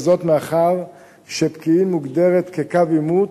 מאחר שפקיעין מוגדרת כקו עימות,